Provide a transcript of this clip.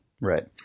Right